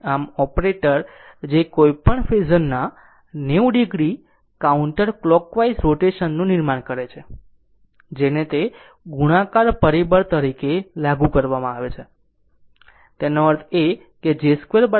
આમ ઓપરેટર જે કોઈપણ ફેઝર ના 90 oકાઉન્ટર ક્લોકવાઇઝ રોટેશનનું નિર્માણ કરે છે જેને તે ગુણાકાર પરિબળ તરીકે લાગુ કરવામાં આવે છે તેનો અર્થ એ કે j 2 બરાબર ૧